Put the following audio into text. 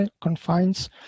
confines